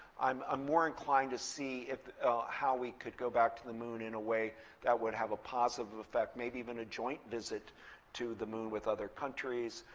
i'm i'm more inclined to see how we could go back to the moon in a way that would have a positive effect. maybe even a joint visit to the moon with other countries.